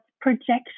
projection